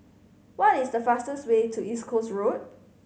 what is the fastest way to East Coast Road